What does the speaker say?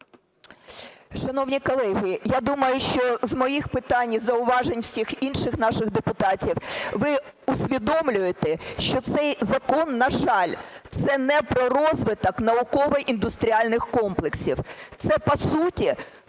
Шановні колеги! Я думаю, що з моїх питань і зауважень всіх інших наших депутатів ви усвідомлюєте, що цей закон, на жаль, не про розвиток науково-індустріальних комплексів. Це, по суті,